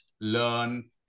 Learn